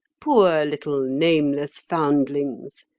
poor little nameless foundlings!